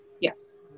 Yes